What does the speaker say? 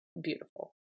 beautiful